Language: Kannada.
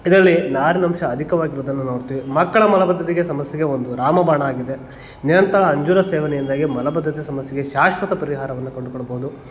ಇದರಲ್ಲಿ ನಾರಿನಂಶ ಅಧಿಕವಾಗಿರೋದನ್ನ ನೋಡ್ತೇವೆ ಮಕ್ಕಳ ಮಲಬದ್ಧತೆಗೆ ಸಮಸ್ಯೆಗೆ ಒಂದು ರಾಮಬಾಣ ಆಗಿದೆ ನಿರಂತರ ಅಂಜೂರ ಸೇವನೆಯಿಂದಾಗಿ ಮಲಬದ್ಧತೆ ಸಮಸ್ಯೆಗೆ ಶಾಶ್ವತ ಪರಿಹಾರವನ್ನು ಕಂಡುಕೊಳ್ಬೋದು